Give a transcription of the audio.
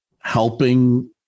helping